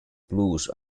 blues